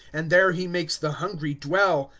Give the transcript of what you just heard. and there he makes the hungry dwell.